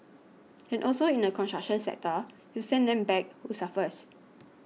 and also in the construction sector you send them back who suffers